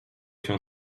się